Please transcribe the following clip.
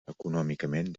econòmicament